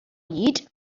fwyd